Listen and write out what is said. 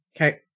Okay